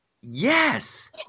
Yes